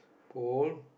pole